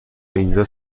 اینجا